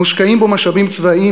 מושקעים בו משאבים צבאיים,